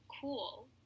cool